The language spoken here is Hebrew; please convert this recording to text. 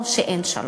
או שאין שלום.